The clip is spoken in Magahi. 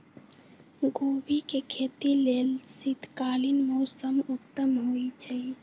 गोभी के खेती लेल शीतकालीन मौसम उत्तम होइ छइ